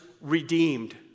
redeemed